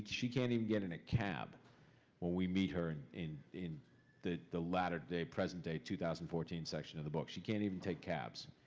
she can't even get in a cab when we meet her and in in the the latter day, present day, two thousand and fourteen section of the book. she can't even take cabs.